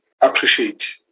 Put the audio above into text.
appreciate